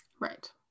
Right